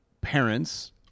parents